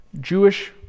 Jewish